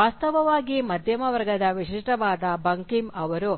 ವಾಸ್ತವವಾಗಿ ಮಧ್ಯಮ ವರ್ಗದ ವಿಶಿಷ್ಟವಾದ ಬಂಕಿಮ್ ಅವರು